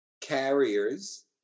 carriers